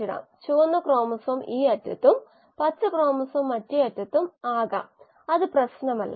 കൂടാതെ B യുടെ 10 molar സാന്ദ്രത മാത്രമേ ഉള്ളൂ B പ്രതിപ്രവർത്തനത്തെ പരിമിതപ്പെടുത്തും A അവശേഷിക്കും അതിനാൽ B പരിമിതപ്പെടുത്തുന്ന പ്രതിപ്രവർത്തനമാണ്